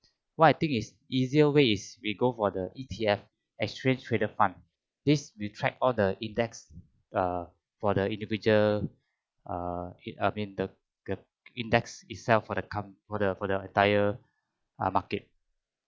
what I think is easier way is we go for the E_T_F exchange traded fund this will track all the index uh for the individual uh I mean the the index itself for the com~ for the for the entire uh market